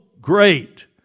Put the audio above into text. great